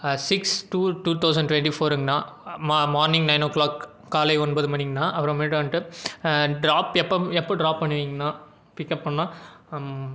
six two two thousand twenty ஃபோர்ங்க அண்ணா மா மார்னிங் நையனோ க்ளாக் காலை ஒன்பது மணிங்க அண்ணா அப்புறமேட்டு வந்துட்டு ட்ராப் எப்போ எப்போ ட்ராப் பண்ணுவிங்க அண்ணா பிக்கப்பைண்ணா